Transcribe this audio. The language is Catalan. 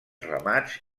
ramats